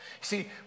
See